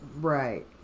Right